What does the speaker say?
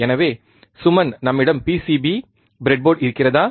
எனவே சுமன் நம்மிடம் PCB bread board இருக்கிறதா